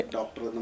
doctor